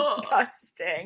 Disgusting